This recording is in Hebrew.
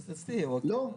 אצלי הוא עוד נסע.